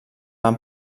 van